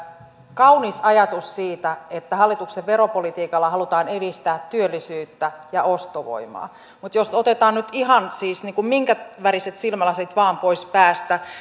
kaunis ajatus siitä että hallituksen veropolitiikalla halutaan edistää työllisyyttä ja ostovoimaa jos otetaan nyt ihan minkäväriset silmälasit vain pois päästä